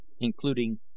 including